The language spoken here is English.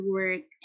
work